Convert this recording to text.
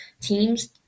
teams